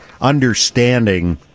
understanding